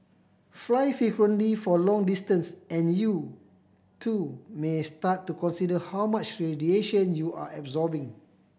fly frequently for long distance and you too may start to consider how much radiation you're absorbing